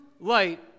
light